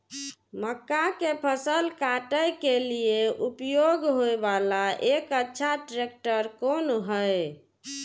मक्का के फसल काटय के लिए उपयोग होय वाला एक अच्छा ट्रैक्टर कोन हय?